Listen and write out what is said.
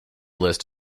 list